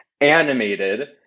animated